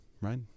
right